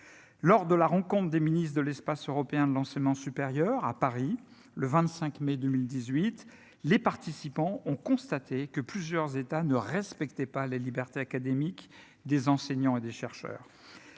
lors de la rencontre des ministre de l'espace européen de l'enseignement supérieur à Paris le 25 mai 2018, les participants ont constaté que plusieurs États ne respectait pas les libertés académiques des enseignants et des chercheurs,